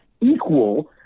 equal